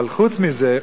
אבל חוץ מזה,